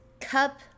cup